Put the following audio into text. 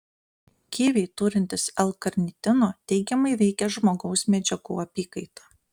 kiviai turintys l karnitino teigiamai veikia žmogaus medžiagų apykaitą